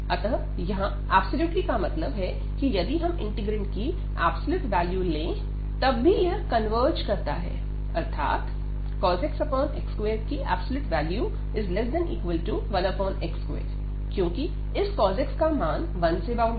अतः यहां अब्सोल्युटली का मतलब है कि यदि हम इंटीग्रैंड की एब्सलूट वैल्यू ले तब भी यह कन्वर्ज करता है अर्थात cos x x21x2 क्योंकि इस cos x का मान 1 बाउंडेड है